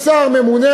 יש שר ממונה.